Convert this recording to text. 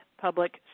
public